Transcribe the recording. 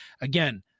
again